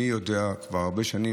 אני יודע שכבר הרבה שנים,